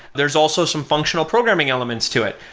there's also some functional programming elements to it.